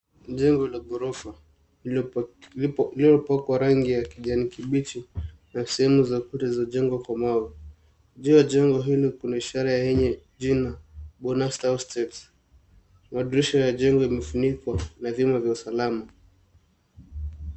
Jengo la ghorofa iliyopakwa rangi ya kijani kibichi na sehemu za kuta zilizojengwa kwa mawe. Juu ya jengo hili kuna ishara yenye jina Bonasto Estate . Madirisha ya jengo imefunikwa na vyuma vya usalama.